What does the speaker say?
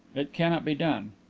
it cannot be done.